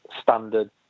standard